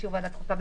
באישור ועדת החוקה,